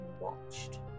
watched